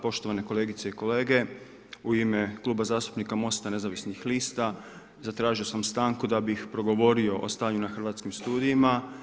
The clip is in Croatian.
Poštovane kolegice i kolege, u ime zastupnika Mosta nezavisnih lista, zatražio sam stanku, da bih progovorio o stanju na hrvatskim studijima.